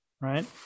right